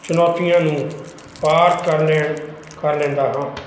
ਚੁਣੋਤੀਆਂ ਨੂੰ ਪਾਰ ਕਰ ਲੈਣ ਕਰ ਲੈਂਦਾ ਹਾਂ